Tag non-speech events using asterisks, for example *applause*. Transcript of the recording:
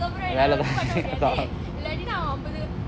yeah lah *laughs*